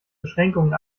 beschränkungen